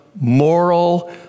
moral